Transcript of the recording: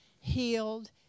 healed